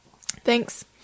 Thanks